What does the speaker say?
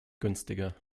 günstiger